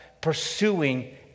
pursuing